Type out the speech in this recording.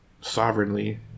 sovereignly